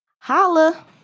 Holla